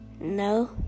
No